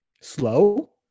slow